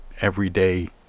everyday